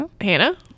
Hannah